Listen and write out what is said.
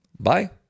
Bye